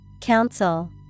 Council